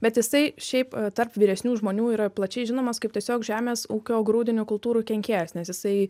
bet jisai šiaip tarp vyresnių žmonių yra plačiai žinomas kaip tiesiog žemės ūkio grūdinių kultūrų kenkėjas nes jisai